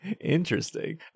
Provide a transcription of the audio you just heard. Interesting